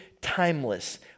timeless